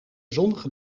zonnige